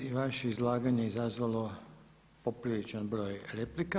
I vaše izlaganje izazvalo je popriličan broj replika.